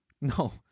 No